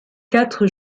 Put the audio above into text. quatre